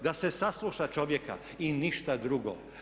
Da se sasluša čovjeka i ništa drugo.